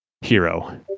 hero